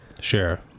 Sure